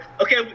okay